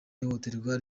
ihohoterwa